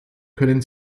können